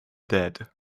dead